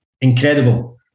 incredible